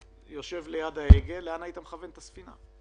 יושב היום ליד ההגה, לאן היית מכוון את הספינה?